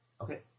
Okay